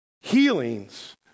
healings